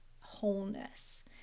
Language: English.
wholeness